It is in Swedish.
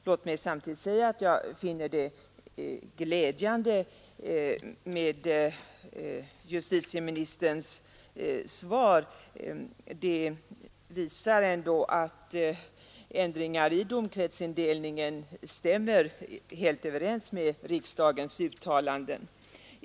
Låt mig också säga att jag finner justitieministerns svar tillfredsställande eftersom det visar att ändringar i domkretsindelningen stämmer överens med riksdagens uttalanden.